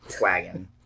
wagon